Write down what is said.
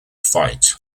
fight